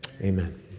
Amen